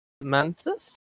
Mantis